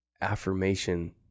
affirmation